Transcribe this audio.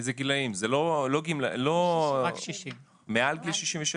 איזה גילאים, מעל גיל 67?